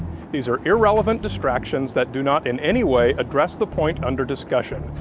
these are irrelevant distractions that do not in any way address the point under discussion,